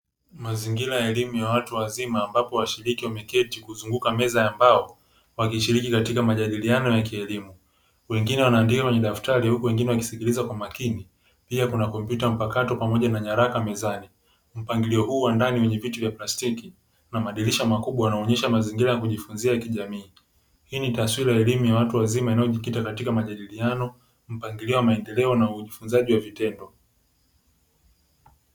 Mazingira ya elimu ya watu wazima ambapo washiriki wameketi kuzunguka meza ya mbao wakishiriki katika majadiliano ya kielimu, wengine wanaandika kwenye daftari ya huko wengine wakisikiliza kwa makini pia kuna kompyuta mpakato pamoja na nyaraka mezani, mpangilio huu wa ndani wenye viti vya plastiki kuna madirisha makubwa yanaonyesha mazingira ya kujifunzia kijamii hii ni taswira ya elimu ya watu wazima inayojikita katika majadiliano, mpangilio wa maendeleo na ufunzaji wa vitendo.